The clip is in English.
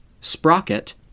Sprocket